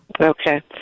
Okay